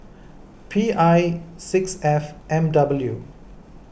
P I six F M W